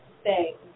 stay